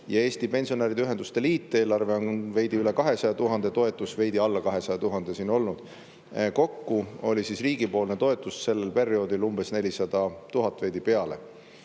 ja Eesti Pensionäride Ühenduste Liit, kelle eelarve on veidi üle 200 000, toetus on veidi alla 200 000 olnud. Kokku oli riigipoolne toetus sel perioodil umbes 400 000, veidi